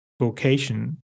vocation